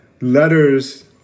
letters